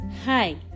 Hi